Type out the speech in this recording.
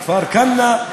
בכפר-כנא,